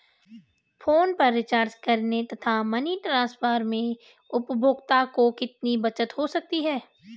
Phone पर recharge करने तथा मनी ट्रांसफर में उपभोक्ता को कितनी बचत हो सकती है?